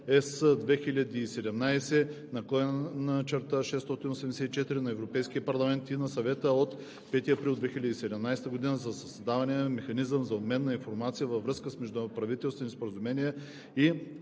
2017/684 на Европейския парламент и на Съвета от 5 април 2017 година за създаване на механизъм за обмен на информация във връзка с междуправителствени споразумения и